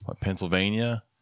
Pennsylvania